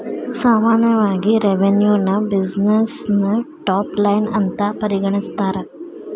ಸಾಮಾನ್ಯವಾಗಿ ರೆವೆನ್ಯುನ ಬ್ಯುಸಿನೆಸ್ಸಿನ ಟಾಪ್ ಲೈನ್ ಅಂತ ಪರಿಗಣಿಸ್ತಾರ?